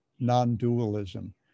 non-dualism